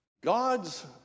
God's